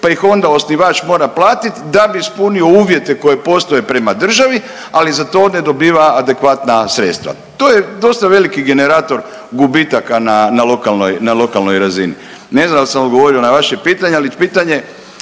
pa ih onda osnivač mora platiti da bi ispunio uvjete koji postoje prema državi, ali za to ne dobiva adekvatna sredstva. To je dosta veliki generator gubitaka na lokalnoj razini. Ne znam da li sam odgovorio na vaše pitanje, ali pitanje